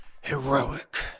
heroic